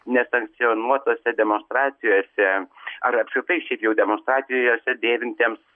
nesankcionuotose demonstracijose ar apskritai šiaip jau demonstracijose dėvintiems